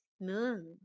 moon